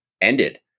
ended